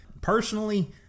Personally